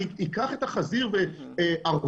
אני אקח את החזיר וארוויח,